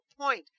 point